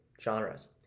genres